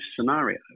scenario